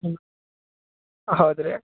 ಹ್ಞೂ ಹೌದ್ರಾ